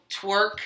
twerk